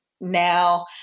now